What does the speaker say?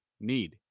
need